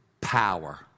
Power